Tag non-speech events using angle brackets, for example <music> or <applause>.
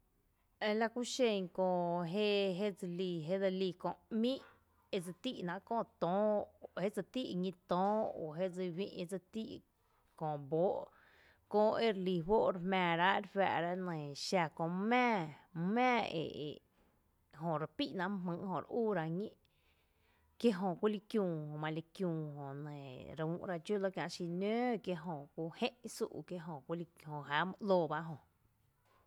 Ela kúxen köö jée <hesitation> jé jé dselí köö ´mí’ edse tíi’ ´náa’ köö töóö, jé se tíí’ ñí töóö o je dse uï’ jé dse tíi’ köö bóó’ köö ere lí juó’ re jmⱥⱥráa’ re juⱥⱥ’ra nɇɇ xa köö mý mⱥⱥⱥ <hesitation> mý mⱥⱥⱥ e e, jö re píi’ ná mý jmýy’ jö re úúrá’ ñí’ kí jö kúli kiüü jö mali kiüü jö nɇɇ re üú’ra dxó lɇ kiä’ xi nǿǿ kiejö kú jé’n sú’ kiejö jáaá my ‘loo bá ejö.